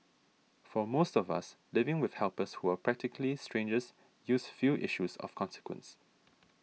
for most of us living with helpers who are practically strangers yields few issues of consequence